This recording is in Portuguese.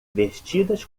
vestidas